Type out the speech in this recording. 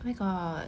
where got